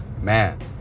man